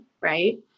right